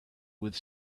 with